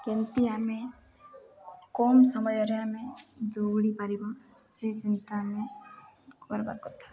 କେମିତି ଆମେ କମ ସମୟରେ ଆମେ ଦୌଡ଼ି ପାରିବା ସେ ଚିନ୍ତା ଆମେ କର୍ବାର୍ କଥା